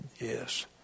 Yes